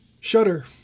shutter